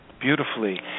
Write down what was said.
beautifully